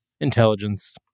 intelligence